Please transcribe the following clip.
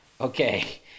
okay